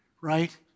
right